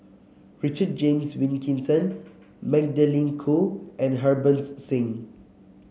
Richard James Wilkinson Magdalene Khoo and Harbans Singh